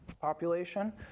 population